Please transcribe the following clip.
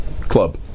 Club